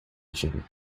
time